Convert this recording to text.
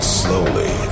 slowly